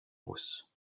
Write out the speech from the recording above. rousse